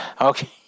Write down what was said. Okay